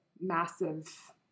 massive